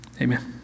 Amen